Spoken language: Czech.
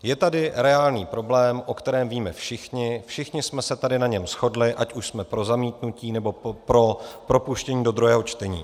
Je tady reálný problém, o kterém víme všichni, všichni jsme se tady na něm shodli, ať už jsme pro zamítnutí, nebo pro propuštění do druhého čtení.